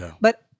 But-